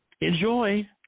enjoy